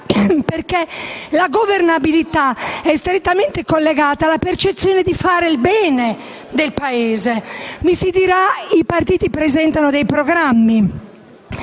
perché la governabilità è strettamente collegata alla percezione di fare il bene del Paese. Mi si dirà che i partiti presentano dei programmi.